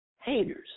haters